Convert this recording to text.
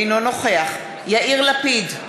אינו נוכח יאיר לפיד,